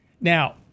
Now